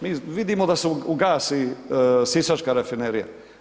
Mi vidimo da se ugasi Sisačka rafinerija.